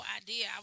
idea